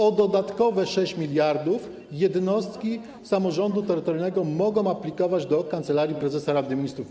O dodatkowe 6 mld jednostki samorządu terytorialnego mogą aplikować do Kancelarii Prezesa Rady Ministrów.